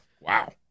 wow